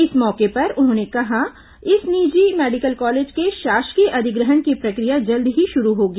इस मौके पर उन्होंने कहा कि इस निजी मेडिकल कॉलेज के शासकीय अधिग्रहण की प्रक्रिया जल्द ही शुरू होगी